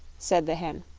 said the hen